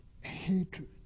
hatred